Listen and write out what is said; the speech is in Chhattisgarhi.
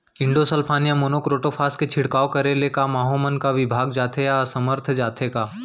इंडोसल्फान या मोनो क्रोटोफास के छिड़काव करे ले क माहो मन का विभाग जाथे या असमर्थ जाथे का?